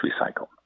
recycle